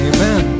Amen